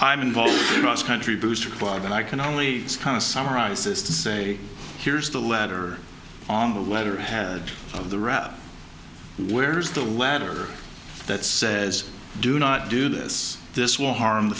i'm involved in ross country booster club and i can only kind of summarises to say here's the letter on the letter had of the route where's the letter that says do not do this this war harm the